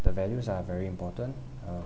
the values are very important uh